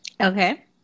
Okay